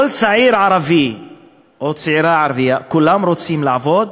כל צעיר ערבי או צעירה ערבייה, כולם רוצים לעבוד,